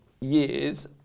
years